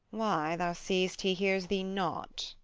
why, thou seest he hears thee not.